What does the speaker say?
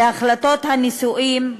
בהחלטות הנישואים,